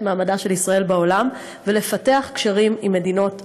מעמדה של ישראל בעולם ולפתח קשרים עם מדינות העולם.